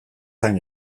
zen